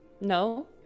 No